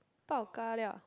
pao-ka-liao